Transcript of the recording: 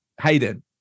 Hayden